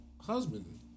husband